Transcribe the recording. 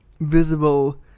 visible